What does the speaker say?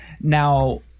now